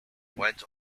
went